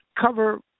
cover